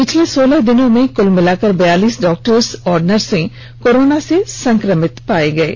पिछले सोलह दिनों में कुल मिलाकर बयालीस डॉक्टर और नर्स कोरोना से संक्रमित हुए हैं